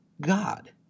God